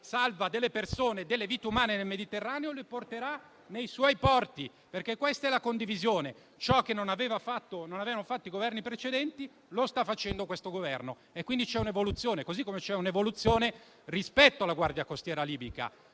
salva delle persone, delle vite umane nel Mediterraneo, le porterà nei suoi porti, perché questa è la condivisione: ciò che non avevano fatto i Governi precedenti lo sta facendo questo Governo. C'è quindi un'evoluzione; così come c'è un'evoluzione rispetto alla Guardia costiera libica: